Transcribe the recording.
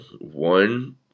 one